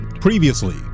Previously